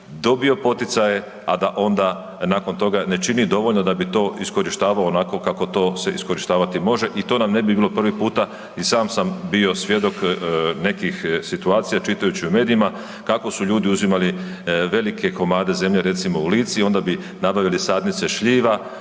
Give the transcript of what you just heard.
dobio poticaje, a da onda nakon toga ne čini dovoljno da bi to iskorištavao onako kako to se iskorištavati može i to nam ne bi bilo prvi puta, i sam sam bio svjedok nekih situacija čitajući u medijima kako su ljudi uzimali velike komade zemlje, recimo u Lici i onda bi nabavili sadnice šljiva,